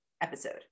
episode